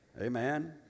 Amen